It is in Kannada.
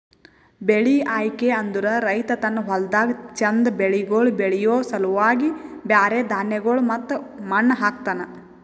ಬೆಳಿ ಆಯ್ಕೆ ಅಂದುರ್ ರೈತ ತನ್ನ ಹೊಲ್ದಾಗ್ ಚಂದ್ ಬೆಳಿಗೊಳ್ ಬೆಳಿಯೋ ಸಲುವಾಗಿ ಬ್ಯಾರೆ ಧಾನ್ಯಗೊಳ್ ಮತ್ತ ಮಣ್ಣ ಹಾಕ್ತನ್